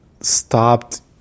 stopped